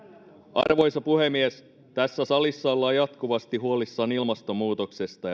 arvoisa puhemies tässä salissa ollaan jatkuvasti huolissaan ilmastonmuutoksesta